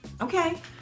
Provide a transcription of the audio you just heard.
Okay